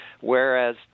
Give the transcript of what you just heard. Whereas